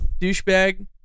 douchebag